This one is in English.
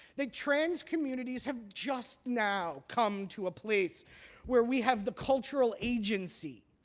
that trans communities have just now come to a place where we have the cultural agency,